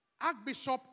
Archbishop